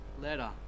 letter